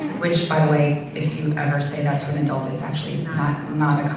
which by the way, if you ever say that to an adult, it's actually not